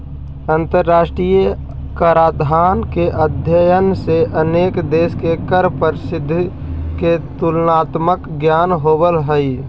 अंतरराष्ट्रीय कराधान के अध्ययन से अनेक देश के कर पद्धति के तुलनात्मक ज्ञान होवऽ हई